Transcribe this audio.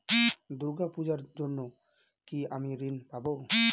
দূর্গা পূজার জন্য কি আমি ঋণ পাবো?